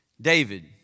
David